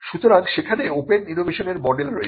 সুতরাং সেখানে ওপেন ইনোভেশনের মডেল রয়েছে